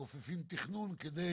מכופפים תכנון כדי